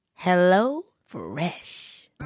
HelloFresh